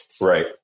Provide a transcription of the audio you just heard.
Right